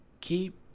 Keep